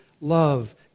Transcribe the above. love